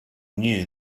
knew